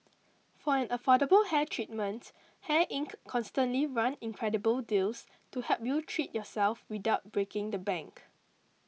for an affordable hair treatment Hair Inc constantly run incredible deals to help you treat yourself without breaking the bank